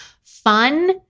Fun